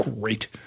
great